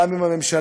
גם עם הממשלה.